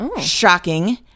shocking